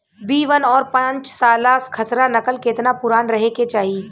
B one और पांचसाला खसरा नकल केतना पुरान रहे के चाहीं?